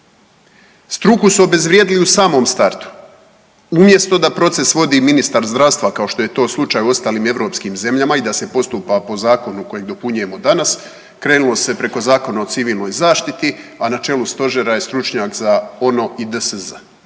Struku su obezvrijedili u samom startu, umjesto da proces vodi ministar zdravstva kao što je to slučaj u ostalim europskim zemljama i da se postupa po zakonu koji dopunjujemo danas krenulo se preko Zakona o civilnoj zaštiti, a na čelu stožera je stručnjak za ONO i DSZ,